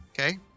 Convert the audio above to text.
Okay